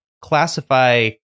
classify